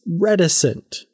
reticent